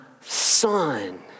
son